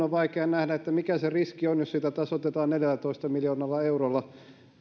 on vaikea nähdä mikä se riski on jos sitä tasoitetaan neljällätoista miljoonalla eurolla